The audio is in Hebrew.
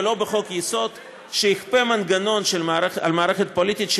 ולא בחוק-יסוד שיכפה על המערכת הפוליטית מנגנון